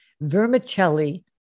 vermicelli